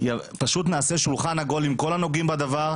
פשוט נעשה שולחן עגול עם כל הנוגעים בדבר,